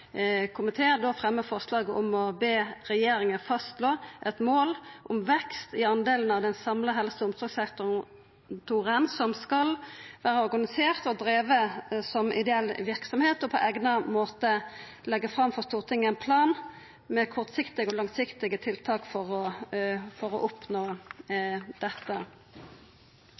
forslag om å be regjeringa «fastslå et mål om vekst i andelen av den samlede helse- og omsorgssektoren som skal være organisert og drevet som ideell virksomhet, og på egnet måte legge fram for Stortinget en plan med kortsiktige og langsiktige tiltak for å oppnå dette».